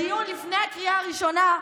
הדיון לפני הקריאה הראשונה,